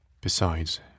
Besides